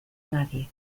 nadie